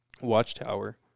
watchtower